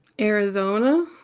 Arizona